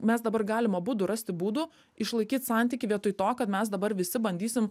mes dabar galim abudu rasti būdų išlaikyt santykį vietoj to kad mes dabar visi bandysim